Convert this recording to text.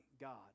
God